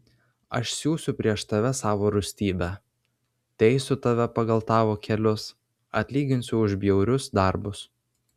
aš siųsiu prieš tave savo rūstybę teisiu tave pagal tavo kelius atlyginsiu už bjaurius darbus